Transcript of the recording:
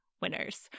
winners